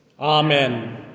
amen